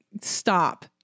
stop